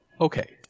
okay